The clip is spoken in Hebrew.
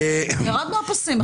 ירד מהפסים.